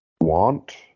want